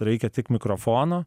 reikia tik mikrofono